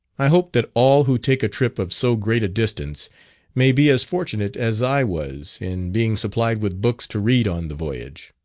i hope that all who take a trip of so great a distance may be as fortunate as i was, in being supplied with books to read on the voyage.